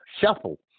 shuffle